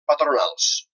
patronals